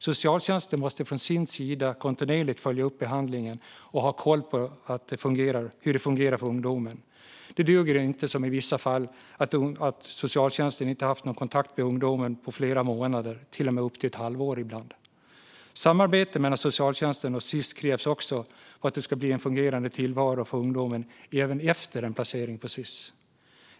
Socialtjänsten måste från sin sida kontinuerligt följa upp behandlingen och ha koll på hur det fungerar för ungdomen. Det duger inte, som skett i vissa fall, att socialtjänsten inte har någon kontakt med ungdomen på flera månader, ibland till och med upp till ett halvår. Samarbete mellan socialtjänsten och Sis krävs också för att det ska bli en fungerande tillvaro för ungdomen även efter en Sis-placering.